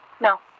No